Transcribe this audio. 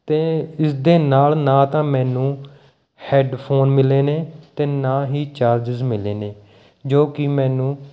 ਅਤੇ ਇਸਦੇ ਨਾਲ਼ ਨਾ ਤਾਂ ਮੈਨੂੰ ਹੈਡਫੋਨ ਮਿਲੇ ਨੇ ਅਤੇ ਨਾ ਹੀ ਚਾਰਜਰ ਮਿਲੇ ਨੇ ਜੋ ਕੀ ਮੈਨੂੰ